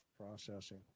Processing